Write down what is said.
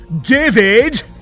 David